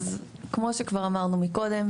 אז כמו שכבר אמרנו מקודם,